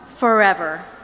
forever